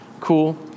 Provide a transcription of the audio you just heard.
Cool